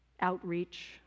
outreach